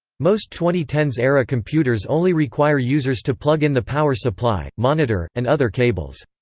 most twenty ten s era computers only require users to plug in the power supply, monitor, and other cables.